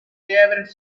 favourite